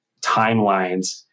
timelines